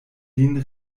lin